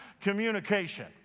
communication